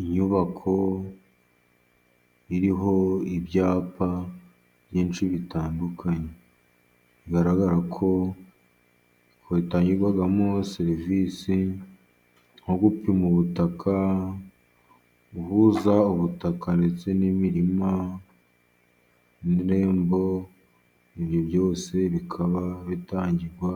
Inyubako iriho ibyapa byinshi bitandukanye, bigaragara ko hatangirwagamo serivisi nko gupima ubutaka, guhuza ubutaka ndetse n'imirima, irembo, ibyo byose bikaba bitangirwa